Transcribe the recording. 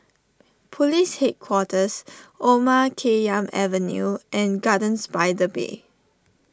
Police Headquarters Omar Khayyam Avenue and Gardens by the Bay